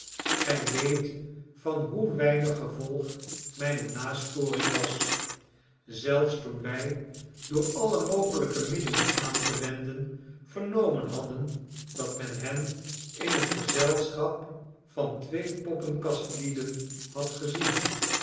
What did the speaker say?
gij weet van hoe weinig gevolg mijne nasporing was zelfs toen wij door alle mogelijke middelen aan te wenden vernomen hadden dat men hen in het gezelschap van twee poppenkastlieden had gezien